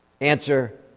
answer